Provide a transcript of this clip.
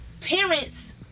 parents